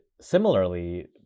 similarly